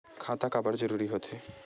खाता काबर जरूरी हो थे?